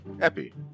Epi